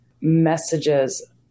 messages